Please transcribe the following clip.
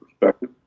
perspective